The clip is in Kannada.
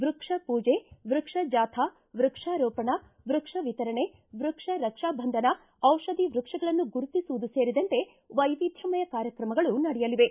ವ್ಯಕ್ಷಪೂಜೆ ವ್ಯಕ್ಷಜಾಥಾ ವೃಕ್ಷಾರೋಪಣ ವೃಕ್ಷ ವಿತರಣೆ ವೃಕ್ಷ ರಕ್ಷಾಬಂಧನ ದಿಷಧೀ ವೃಕ್ಷಗಳನ್ನು ಗುರುತಿಸುವ್ಯದು ಸೇರಿದಂತೆ ವೈವಿಧ್ಯಮಯ ಕಾರ್ಯಕ್ರಮಗಳು ನಡೆಯಲಿವೆ